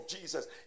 Jesus